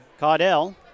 Caudell